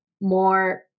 more